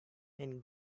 and